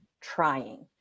trying